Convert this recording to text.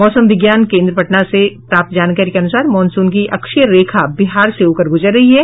मौसम विज्ञान केन्द्र पटना से प्राप्त जानकारी के अनुसार मॉनसून की अक्षीय रेखा बिहार से होकर गुजर रही है